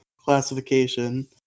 classification